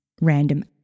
random